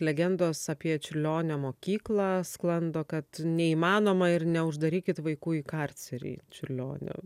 legendos apie čiurlionio mokyklą sklando kad neįmanoma ir neuždarykit vaikų į karcerį čiurlionio